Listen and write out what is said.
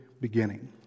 beginning